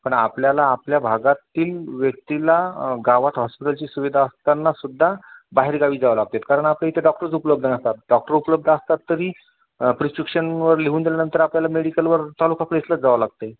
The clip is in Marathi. पण आपल्याला आपल्या भागातील व्यक्तीला गावात हॉस्पिटलची सुविधा असताना सुद्धा बाहेर गावी जावं लागतेत कारण आपल्या इथे डॉक्टरच उपलब्ध नसतात डॉक्टर उपलब्ध असतात तरी प्रिस्क्रिप्शनवर लिहून दिल्यानंतर आपल्याला मेडिकलवर तालुका प्लेसलाच जावं लागतं आहे